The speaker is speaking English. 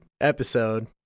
episode